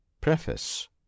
preface